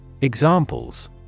Examples